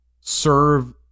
serve